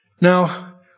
Now